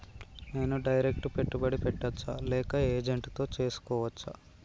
నేను డైరెక్ట్ పెట్టుబడి పెట్టచ్చా లేక ఏజెంట్ తో చేస్కోవచ్చా?